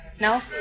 No